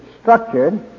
structured